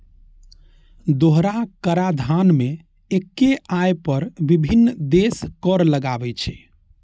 दोहरा कराधान मे एक्के आय पर विभिन्न देश कर लगाबै छै